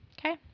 Okay